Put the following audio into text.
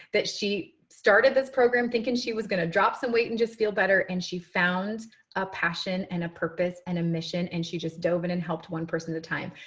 that she started this program thinking she was going to drop some weight and just feel better. and she found a passion and a purpose and a mission. and she just drove in and helped one person at a time.